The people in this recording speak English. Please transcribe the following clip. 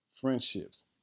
friendships